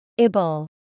IBLE